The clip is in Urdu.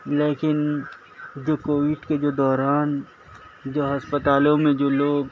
لیکن جو کووڈ کے جو دوران جو ہسپتالوں میں جو لوگ